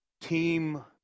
team